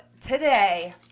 today